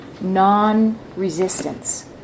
non-resistance